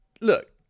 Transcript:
look